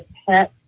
pet